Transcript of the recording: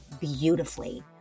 beautifully